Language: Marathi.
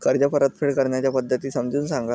कर्ज परतफेड करण्याच्या पद्धती समजून सांगा